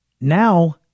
Now